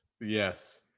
Yes